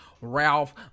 Ralph